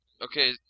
Okay